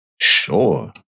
Sure